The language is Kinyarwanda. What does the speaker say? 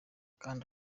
kanda